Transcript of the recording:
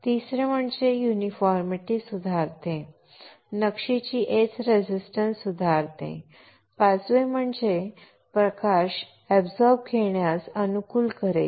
तिसरे म्हणजे ते एकसमानता सुधारेल चौथे म्हणजे ते नक्षीची एच रेजिस्टन्स सुधारेल आणि पाचवे म्हणजे ते प्रकाश शोषून घेण्यास अनुकूल करेल